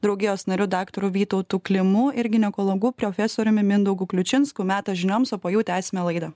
draugijos nariu daktaru vytautu klimu ir ginekologu profesoriumi mindaugu kliučinsku metas žinioms o po jų tęsime laidą